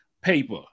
paper